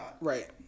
right